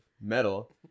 metal